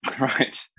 Right